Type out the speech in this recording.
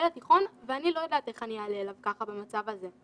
לתיכון ואני לא יודעת איך אני אעלה אליו ככה במצב הזה.